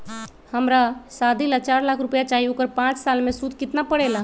हमरा शादी ला चार लाख चाहि उकर पाँच साल मे सूद कितना परेला?